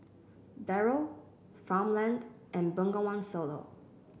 Barrel Farmland and Bengawan Solo